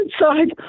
inside